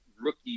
rookie